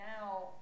now